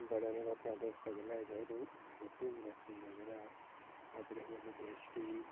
जैदा नेईं पर अपने दोस्तें कन्नै गै फोटोग्राफी गी अपने देशै गी